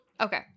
Okay